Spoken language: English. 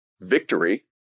victory